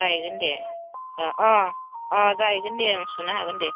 जायैगोन दे जायैगोन दे आं सुनो हागोन दे